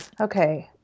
Okay